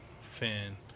fan